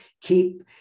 keep